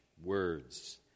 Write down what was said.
words